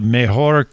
mejor